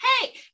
hey